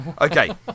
Okay